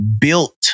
built